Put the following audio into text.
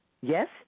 Yes